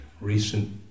recent